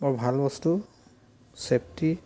বৰ ভাল বস্তু ছে'ফটি